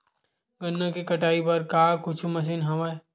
गन्ना के कटाई बर का कुछु मशीन हवय?